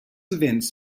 events